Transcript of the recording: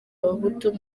abahutu